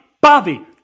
Bobby